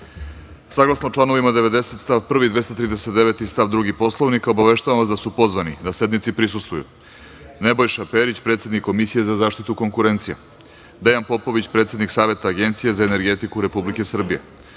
reda. Saglasno članovima 90. stav 1. i 239. stav 2. Poslovnika, obaveštavam vas da su pozvani da sednici prisustvuju: Nebojša Perić, predsednik Komisije za zaštitu konkurencije, Dejan Popović, predsednik Saveta Agencije za energetiku Republike Srbije,